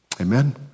Amen